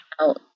out